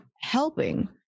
helping